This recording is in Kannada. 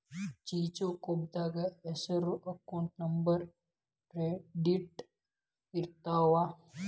ಚೆಕ್ಬೂಕ್ದಾಗ ಹೆಸರ ಅಕೌಂಟ್ ನಂಬರ್ ಪ್ರಿಂಟೆಡ್ ಇರ್ತಾವ